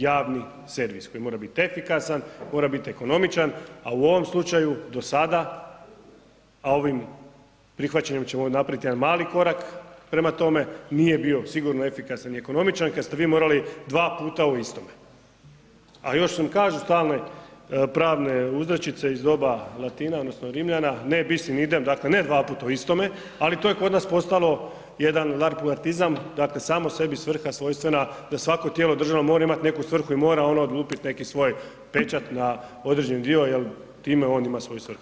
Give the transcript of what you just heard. Javni servis koji mora biti efikasan, mora biti ekonomičan, a u ovom slučaju do sada, a ovim prihvaćanjem ćemo napravit jedan mali korak prema tome, nije bio sigurno efikasan i ekonomičan kad ste vi morali dva puta u istome, a još nam kažu stalne pravne uzrečice iz doba Latina odnosno Rimljana „ne bis in idem“, dakle ne dva puta o istome, ali to je kod nas postalo jedan larpurlartizam dakle samo sebi svrha svojstvena da svako tijelo državno mora imat neku svrhu i mora ono lupit neki svoj pečat na određeni dio jer time on ima svoju svrhu.